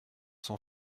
sans